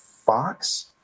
fox